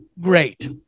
great